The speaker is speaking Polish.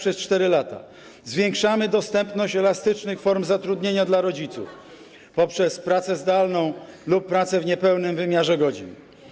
Zwiększamy dostępność elastycznych form zatrudnienia dla rodziców poprzez pracę zdalną lub pracę w niepełnym wymiarze godzin.